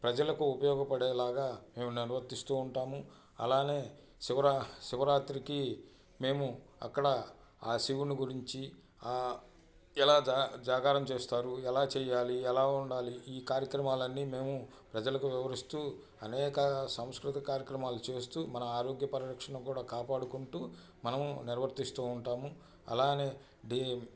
ప్రజలకు ఉపయోగపడేలాగా మేము నిర్వర్తిస్తూ ఉంటాము అలానే శివరాత్రికి మేము అక్కడ ఆ శివుని గురించి ఎలా జా జాగారం చేస్తారు ఎలా చేయాలి ఎలా ఉండాలి ఈ కార్యక్రమాలన్నీ మేము ప్రజలకి వివరిస్తూ అనేక సంస్కృతి కార్యక్రమాలు చేస్తూ మన ఆరోగ్య పరిరక్షణ కూడా కాపాడుకుంటూ మనం నిర్వర్తిస్తూ ఉంటాము అలానే